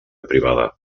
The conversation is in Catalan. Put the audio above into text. privada